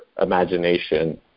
imagination